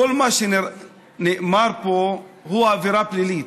כל מה שנאמר פה הוא עבירה פלילית.